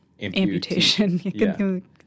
amputation